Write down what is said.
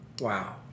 Wow